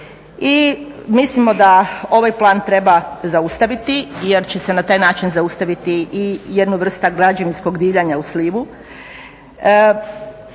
i mislimo da ovaj plan treba zaustaviti jer će se na taj način zaustaviti i jedna vrsta građevinskog divljanja u slivu.